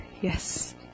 Yes